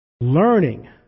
learning